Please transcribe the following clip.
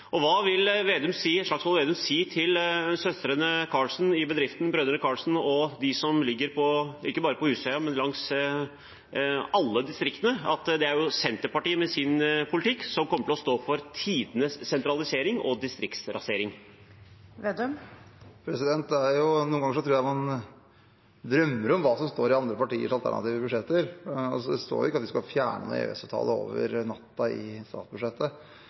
Hva vil Slagsvold Vedum si til søstrene Karlsen i bedriften Brødrene Karlsen – og ikke bare til dem som holder til på Husøy, men til alle bedrifter i distriktene? Det er jo Senterpartiet med sin politikk som kommer til å stå for tidenes sentralisering og distriktsrasering. Noen ganger tror jeg man drømmer om hva som står i andre partiers alternative budsjetter. Det står ikke at vi skal fjerne EØS-avtalen over natten i statsbudsjettet,